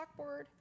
chalkboard